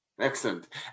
Excellent